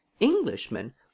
Englishmen